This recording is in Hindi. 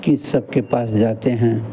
चिकित्सक के पास जाते हैं